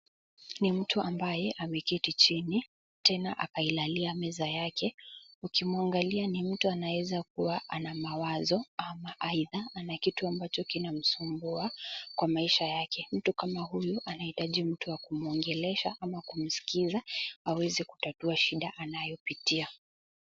Ni mtu ambaye ameketi chini, tena akailalia meza yake. Ukimwangalia ni mtu anaweza kuwa ana mawazo au aidha ana kitu ambacho kinamsumbua kwa maisha yake. Mtu kama huyu anahitaji mtu wa kumwongelesha ama kumsikiza aweze kutatua shida anayopitia.